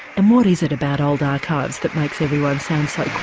and what is it about old archives that makes everyone sound so